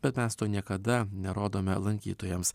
bet mes to niekada nerodome lankytojams